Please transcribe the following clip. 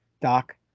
Doc